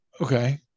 okay